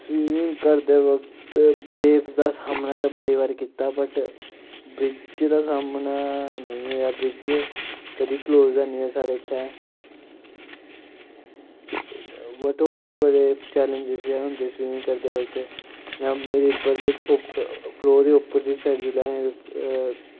swimming करदे वक्त wave दा सामना ते बड़े बारी कीता बट ब्रिज्ज दा सामना नेईं होएआ ब्रिज्ज कदीं क्लोज हैनी साढ़े इत्थें बट होर बी बड़े चैलेजिंस होंदे स्विमिंग करदे वक्त जियां बड़दे फ्लो दे उप्पर जिस साइड जेल्लै अस